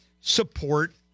support